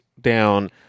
down